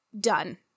done